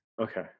okay